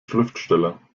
schriftsteller